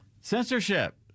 Censorship